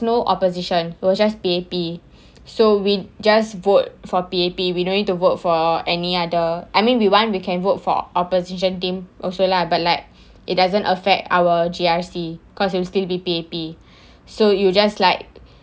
no opposition it was just P_A_P so we just vote for P_A_P we don't need to vote for any other I mean we want we can vote for opposition team also lah but like it doesn't affect our G_R_C because it'll still be P_A_P so you just like